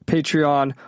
Patreon